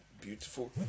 beautiful